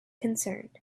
concerned